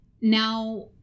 now